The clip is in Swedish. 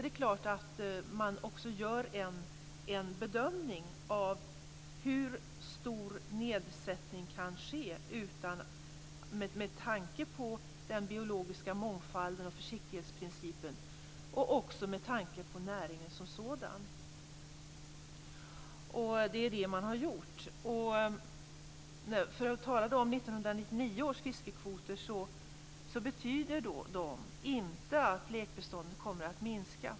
Dels gör man självfallet en bedömning av hur stor nedsättning som kan ske med tanke på den biologiska mångfalden och försiktighetsprincipen och också med tanke på näringen som sådan, och det är det som man har gjort. 1999 års fiskekvoter betyder inte att lekbeståndet kommer att minska.